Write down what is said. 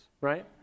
right